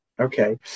okay